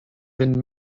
been